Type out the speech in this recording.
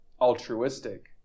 altruistic